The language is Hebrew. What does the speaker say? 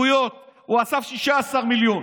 הוא אסף 16 מיליון.